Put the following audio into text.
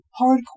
hardcore